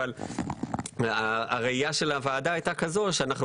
אבל הראייה של הוועדה הייתה כזו שאנחנו